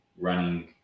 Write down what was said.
running